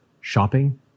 shopping